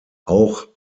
auch